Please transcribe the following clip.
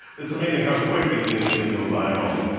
it's amazing how quick these things can go viral,